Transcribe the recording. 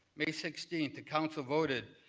may sixteenth the council voted,